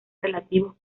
relativos